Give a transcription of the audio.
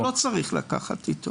הרופא אולי לא צריך לקחת איתו.